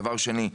דבר שני,